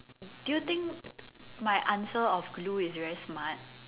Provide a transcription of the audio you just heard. do you think my answer of glue is very smart